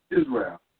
Israel